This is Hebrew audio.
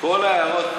כל ההערות,